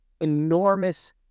enormous